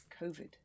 COVID